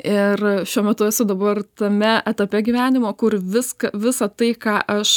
ir šiuo metu esu dabar tame etape gyvenimo kur viską visą tai ką aš